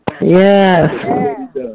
Yes